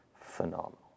phenomenal